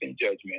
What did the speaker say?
judgment